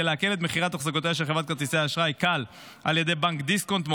להקל את מכירת אחזקותיה של חברת כרטיסי האשראי כאל על ידי בנק דיסקונט.